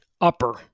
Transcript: Upper